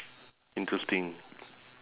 interesting